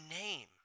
name